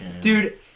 dude